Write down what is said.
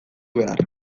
behar